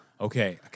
Okay